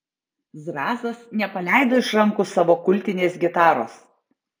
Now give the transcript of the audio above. zrazas nepaleido iš rankų savo kultinės gitaros